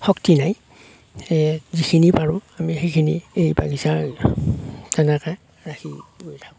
শক্তি নাই সেয়ে যিখিনি পাৰো আমি সেইখিনি এই বাগিচাৰ তেনেকে ৰাখি গৈ থাকোঁ